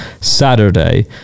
Saturday